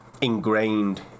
Ingrained